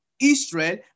Israel